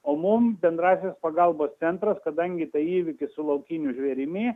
o mum bendrasis pagalbos centras kadangi tai įvykis su laukiniu žvėrimi